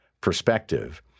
perspective